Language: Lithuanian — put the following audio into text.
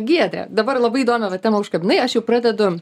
giedre dabar labai įdomią vat temą užkabinai aš jau pradedu